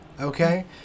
okay